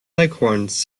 leghorns